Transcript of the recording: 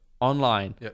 online